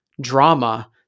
drama